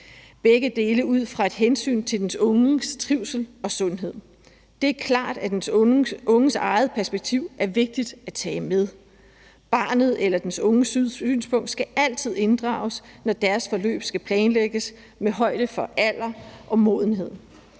Begge dele er ud fra et hensyn til den unges trivsel og sundhed. Det er klart, at den unges eget perspektiv er vigtigt at tage med. Barnets eller den unges synspunkt skal altid inddrages, når deres forløb skal planlægges, og der skal tages højde for alder og modenhed